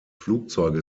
flugzeuge